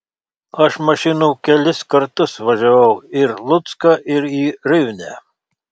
aš mašinų kelis kartus važiavau ir lucką ir į rivnę